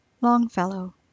Longfellow